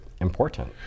important